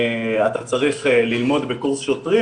אתה צריך ללמוד בקורס שוטרים,